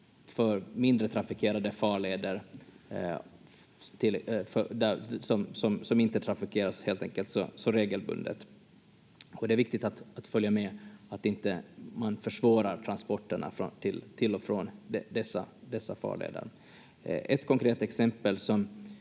mindre trafikerade farleder som helt enkelt inte trafikeras så regelbundet. Det är viktigt att följa med att man inte försvårar transporterna till och från dessa farleder. Ett konkret exempel som